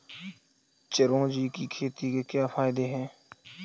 चिरौंजी की खेती के क्या फायदे हैं?